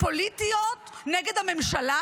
פוליטיות נגד הממשלה,